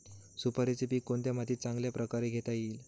सुपारीचे पीक कोणत्या मातीत चांगल्या प्रकारे घेता येईल?